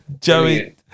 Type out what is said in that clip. Joey